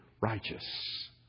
righteous